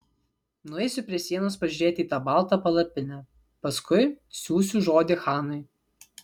nueisiu prie sienos pažiūrėti į tą baltą palapinę paskui siųsiu žodį chanui